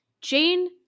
Jane